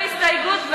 הצענו הסתייגות,